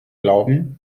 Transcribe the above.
glauben